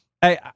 Hey